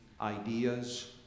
ideas